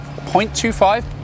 0.25